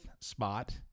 spot